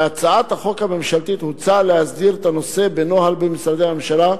בהצעת החוק הממשלתית הוצע להסדיר את הנושא בנוהל בין משרדי הממשלה.